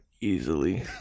Easily